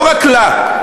לא רק לה.